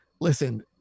listen